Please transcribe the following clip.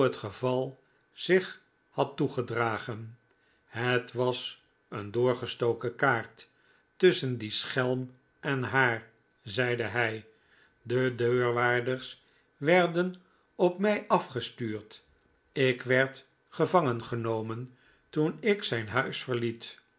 geval zich had toegedragen het was een doorgestoken kaart tusschen dien schelm en haar zeide hij de deurwaarders werden op mij afgestuurd ik werd gevangengenomen toen ik zijn huis verlfet